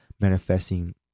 manifesting